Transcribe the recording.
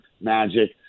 Magic